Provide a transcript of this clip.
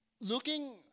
looking